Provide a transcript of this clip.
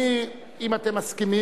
אם אתם מסכימים,